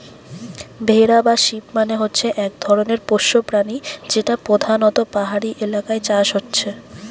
ভেড়া বা শিপ মানে হচ্ছে এক ধরণের পোষ্য প্রাণী যেটা পোধানত পাহাড়ি এলাকায় চাষ হচ্ছে